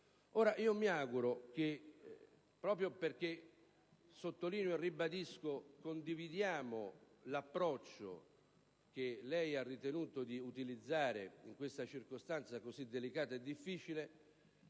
Mi auguro, proprio perché sottolineo e ribadisco che condividiamo l'approccio che lei ha ritenuto di utilizzare in questa circostanza così delicata e difficile,